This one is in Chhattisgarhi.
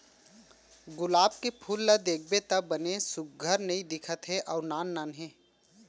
गुलाब के फूल ल देखबे त बने सुग्घर नइ दिखत हे अउ नान नान हे